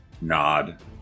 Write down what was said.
nod